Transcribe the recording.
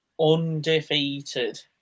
undefeated